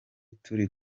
turi